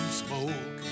smoke